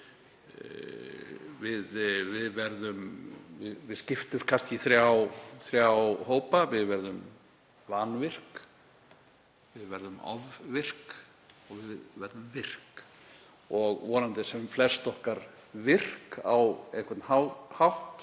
við kannski í þrjá hópa; við verðum vanvirk, við verðum ofvirk og við verðum virk. Og vonandi sem flest okkar virk á einhvern hátt